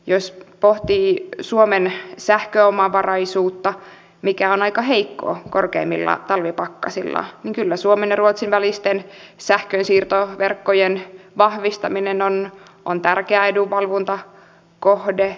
jos pohtii suomen sähköomavaraisuutta mikä on aika heikko korkeimmilla talvipakkasilla niin kyllä suomen ja ruotsin välisten sähkönsiirtoverkkojen vahvistaminen on tärkeä edunvalvontakohde